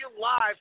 live